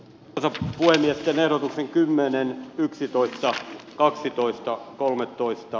tätä työtä ja loput kymmenen yksitoista kaksitoista kolmetoista